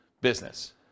business